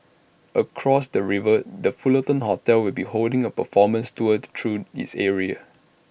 across the river the Fullerton hotel will be holding A performance tour through its area